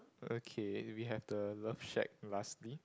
okay we have the love shack lastly